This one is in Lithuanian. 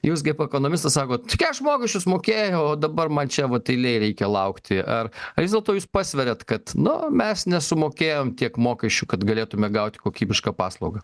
jūs kaip ekonomistas sakot gi aš mokesčius mokėjau o dabar man čia vat eilėj reikia laukti ar vis dėlto jūs pasveriat kad nu mes nesumokėjom tiek mokesčių kad galėtume gauti kokybišką paslaugą